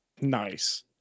nice